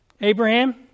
Abraham